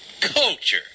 culture